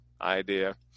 idea